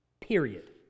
Period